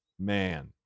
Man